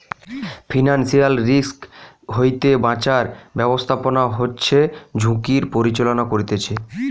financial risk হইতে বাঁচার ব্যাবস্থাপনা হচ্ছে ঝুঁকির পরিচালনা করতিছে